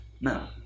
No